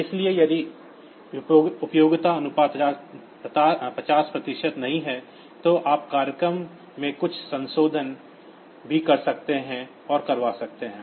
इसलिए यदि उपयोगिता अनुपात 50 प्रतिशत नहीं है तो आप प्रोग्राम में कुछ छोटे संशोधन भी कर सकते हैं और करवा सकते हैं